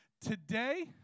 Today